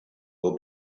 will